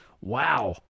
Wow